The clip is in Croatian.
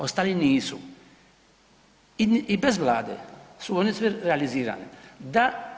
Ostali nisu i bez Vlade su oni sve realizirali.